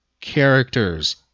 characters